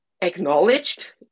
acknowledged